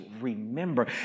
remember